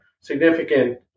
significant